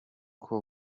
uko